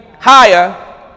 higher